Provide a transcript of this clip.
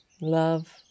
Love